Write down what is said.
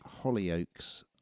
Hollyoaks